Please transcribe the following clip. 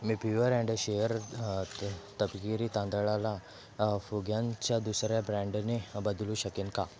me pure and sure तपकिरी तांदळाला फुग्यांच्या दुसऱ्या ब्रँडने बदलू शकेन का